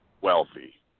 wealthy